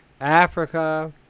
Africa